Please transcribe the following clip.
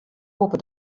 boppe